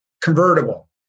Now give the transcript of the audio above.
convertible